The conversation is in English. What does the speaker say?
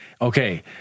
okay